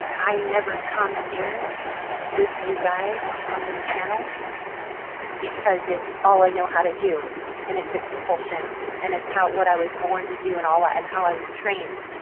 i never come here with you guys on this channel because it's all i know how to do and it's a compulsion and it's what i was born to do and all ah and how i was trained.